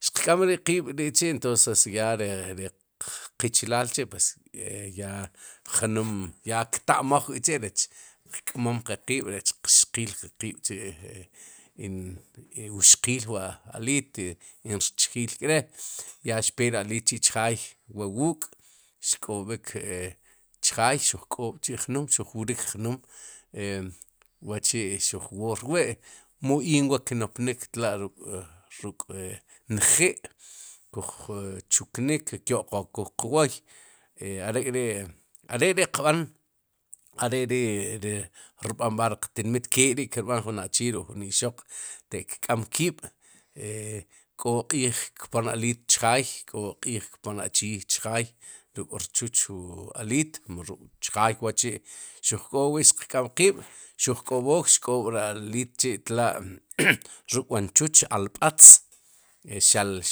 Xiq k'am qiib' ri chi' entonces ya ri qichilal chi'pues ya jnum ya kta'maj rech qk'moom qe qiib'rech qxqiil wu aliit in rcjil k're' ya xpere aliit chi' chjaay, wa wuuk'xk'ob'k chjaay xuj k'b'chi' jnum, xuj wrik jnum wa'chi' xuj woor wi'mu in wa'ki nopnik tla'ruk'nji'koj chuknik kyo'qokul qwoy e are ri qb'an are ri ri rb'an b'al ri qtinmit ke k'ri' kb'an jun achii ruk'jun ixoq ataq kk'am kiib' e k'o qiij kpon aliit chjaay k'o q'iij kpon achii chjaay ruk'rwoch aliit ruk'chjaay wa'chi' xuj k'oob'wi' xiq k'am qiib' xoj k'ob'ook ixk'oob'ri aliit chi' tla tos ruk'wu rchuch, alb'atz